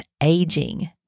aging